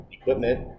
equipment